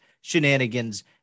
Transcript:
shenanigans